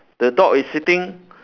the dog is sitting